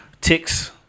Ticks